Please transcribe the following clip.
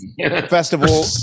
festival